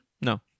No